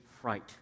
fright